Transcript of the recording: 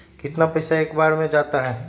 कितना पैसा एक बार में जाता है?